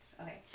Okay